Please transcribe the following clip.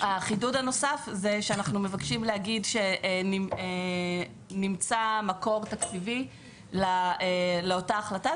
החידוד הנוסף הוא שאנחנו מבקשים להגיד שנמצא מקור תקציבי לאותה החלטה,